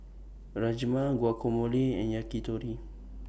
Rajma Guacamole and Yakitori